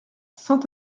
saint